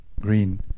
Green